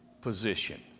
position